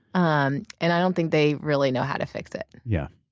um and i don't think they really know how to fix it. yeah.